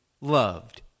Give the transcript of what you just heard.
loved